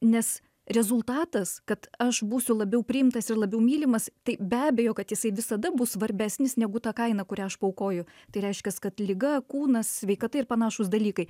nes rezultatas kad aš būsiu labiau priimtas ir labiau mylimas tai be abejo kad jisai visada bus svarbesnis negu ta kaina kurią aš paaukoju tai reiškias kad liga kūnas sveikata ir panašūs dalykai